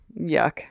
Yuck